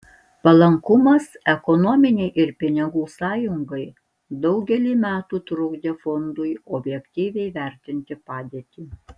palankumas ekonominei ir pinigų sąjungai daugelį metų trukdė fondui objektyviai vertinti padėtį